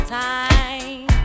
time